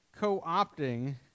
co-opting